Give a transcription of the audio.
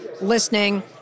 listening